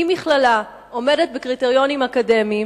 אם מכללה עומדת בקריטריונים אקדמיים,